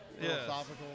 philosophical